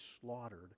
slaughtered